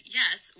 yes